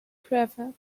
cravat